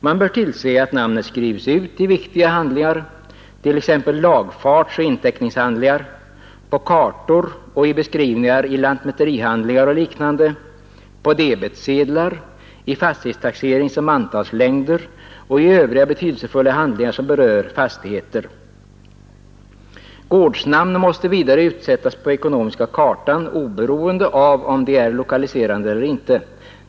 Man bör tillse att namnet skrivs ut i viktiga handlingar, t.ex. i lagfartsoch inteckningshandlingar, på kartor, i beskrivningar i lantmäterihandlingar och liknande, på debetsedlar, i fastighetstaxeringsoch mantalslängder och i övriga betydelsefulla handlingar som berör fastigheter. Gårdsnamn måste vidare utsättas på ekonomiska kartan oberoende av om de är lokaliserande eller inte.